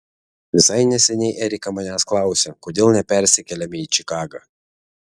visai neseniai erika manęs klausė kodėl nepersikeliame į čikagą